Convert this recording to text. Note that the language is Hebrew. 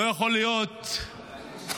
לא יכול להיות מצב